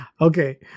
okay